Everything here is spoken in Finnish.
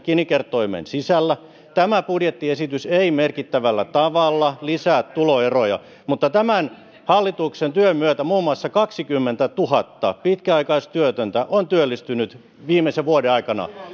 gini kertoimen sisällä tämä budjettiesitys ei merkittävällä tavalla lisää tuloeroja mutta tämän hallituksen työn myötä muun muassa kaksikymmentätuhatta pitkäaikaistyötöntä on työllistynyt viimeisen vuoden